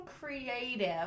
creative